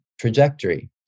trajectory